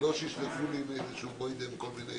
ולא שישלפו לי מאיזשהו בוידם כל מיני